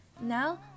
Now